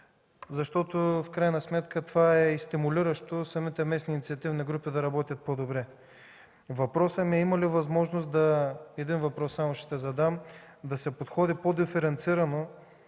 защото в крайна сметка това е и стимулиращо самите местни инициативни групи да работят добре. Ще задам само един въпрос: има ли възможност да се подходи по-диференцирано